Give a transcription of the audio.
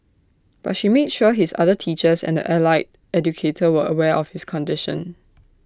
but she made sure his other teachers and the allied educator were aware of his condition